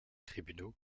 tribunaux